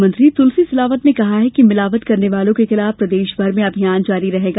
स्वास्थ्य मंत्री तुलसी सिलावट ने कहा है कि मिलावट करने वालों के खिलाफ प्रदेशभर में अभियान जारी रहेगा